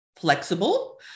flexible